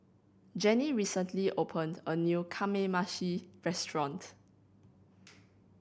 Gennie recently opened a new Kamameshi Restaurant